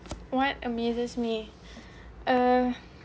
what amazes me